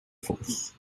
force